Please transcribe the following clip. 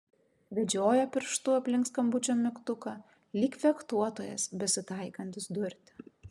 vedžioja pirštu aplink skambučio mygtuką lyg fechtuotojas besitaikantis durti